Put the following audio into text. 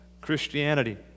Christianity